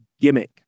gimmick